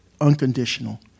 unconditional